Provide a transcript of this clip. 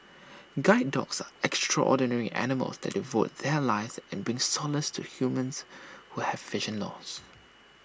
guide dogs are extraordinary animals that devote their lives and bring solace to humans who have vision loss